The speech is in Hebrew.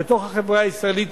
בתוך החברה הישראלית,